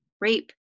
rape